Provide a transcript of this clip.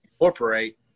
incorporate